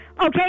okay